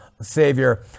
Savior